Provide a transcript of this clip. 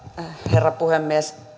herra puhemies